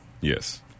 Yes